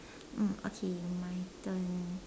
mm okay my turn